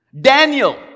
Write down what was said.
Daniel